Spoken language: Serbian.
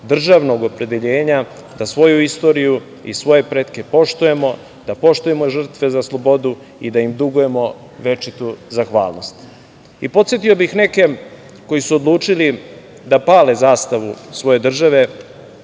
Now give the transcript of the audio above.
državnog opredeljenja da svoju istoriju i svoje pretke poštujemo, da poštujemo žrtve za slobodu i da im dugujemo večitu zahvalnost. Podsetio bih neke koji su odlučili da pale zastavu svoje države